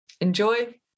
enjoy